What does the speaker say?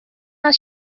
not